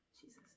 Jesus